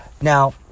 Now